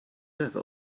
over